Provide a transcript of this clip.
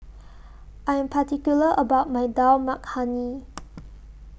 I Am particular about My Dal Makhani